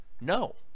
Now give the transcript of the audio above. No